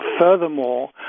furthermore